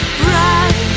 bright